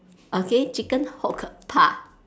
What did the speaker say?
okay chicken hook park